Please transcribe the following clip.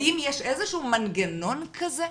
האם יש איזשהו מנגנון כזה?